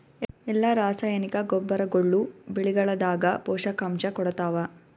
ಎಲ್ಲಾ ರಾಸಾಯನಿಕ ಗೊಬ್ಬರಗೊಳ್ಳು ಬೆಳೆಗಳದಾಗ ಪೋಷಕಾಂಶ ಕೊಡತಾವ?